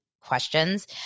questions